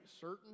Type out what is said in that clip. certain